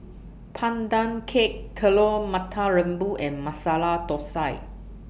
Pandan Cake Telur Mata Lembu and Masala Thosai